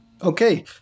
Okay